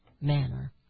manner